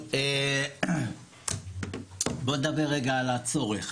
טוב, בואו נדבר רגע על הצורך.